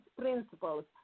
principles